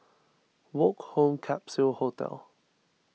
Woke Home Capsule Hotel